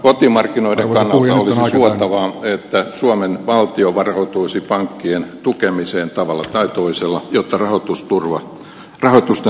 kotimarkkinoiden kannalta olisi suotavaa että suomen valtio varautuisi pankkien tukemiseen tavalla tai toisella jotta rahoitusten turvallisuus taattaisiin